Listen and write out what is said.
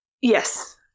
Yes